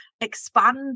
expand